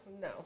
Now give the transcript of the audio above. No